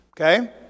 Okay